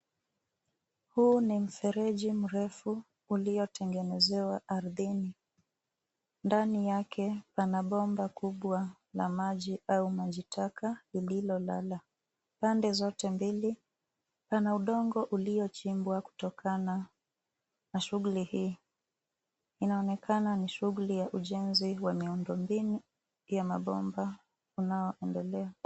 Huu ni mfereji mrefu uliotengenezwa ardhini. Ndani yake pana bomba kubwa la maji au majitaka lililolala pande zote mbili. Pana udongo uliochimbwa kutokana na shughuli hii. Inaonekana ni shughuli ya ujenzi wa miundombinu ya mabomba unaoendelea.